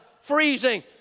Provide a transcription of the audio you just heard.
freezing